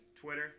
Twitter